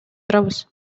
турабыз